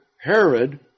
Herod